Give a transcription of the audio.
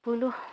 ᱯᱳᱭᱞᱳ